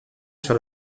sur